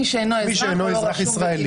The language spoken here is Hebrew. מי שאינו אזרח ולא רשום בפנקס.